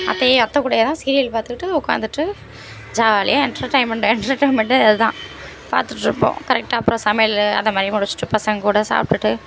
அத்தை அத்தை கூடயே தான் சீரியல் பார்த்துக்கிட்டு உக்காந்துட்டு ஜாலியாக என்டர்டெயின்மென்ட்டு என்டர்டெயின்மென்ட்டே அது தான் பார்த்துட்ருப்போம் கரெக்டாக அப்புறம் சமையல் அது மாதிரி முடிச்சுட்டு பசங்க கூட சாப்பிட்டுட்டு